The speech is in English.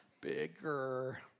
Bigger